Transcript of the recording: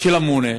של הממונה,